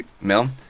mil